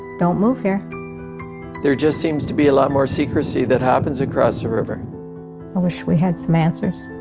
don't move here there just seems to be a lot more secrecy that happens across the river i wish we had some answers